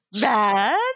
Bad